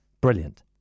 Brilliant